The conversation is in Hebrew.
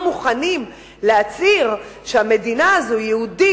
מוכנים להצהיר שהמדינה הזאת יהודית,